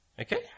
Okay